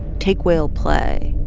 take whale play